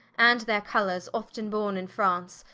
and their colours often borne in france,